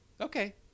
okay